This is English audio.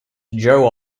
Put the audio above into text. joe